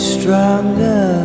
stronger